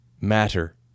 Matter